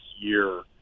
year